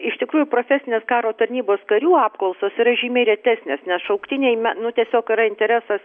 iš tikrųjų profesinės karo tarnybos karių apklausos yra žymiai retesnės nes šauktiniai nu tiesiog yra interesas